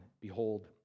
Behold